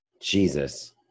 Jesus